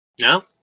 No